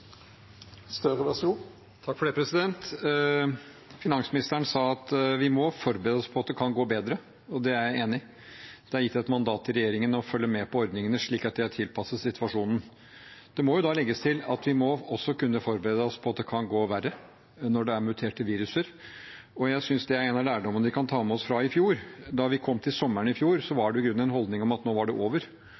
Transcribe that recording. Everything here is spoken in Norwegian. jeg enig i. Det er gitt et mandat til regjeringen å følge med på ordningene, slik at de er tilpasset situasjonen. Det må da legges til at vi må også kunne forberede oss på at det kan gå verre når det er muterte virus. Jeg synes det er en av lærdommene vi kan ta med oss fra i fjor. Da vi kom til sommeren i fjor, var det i grunnen en holdning om at nå var det over,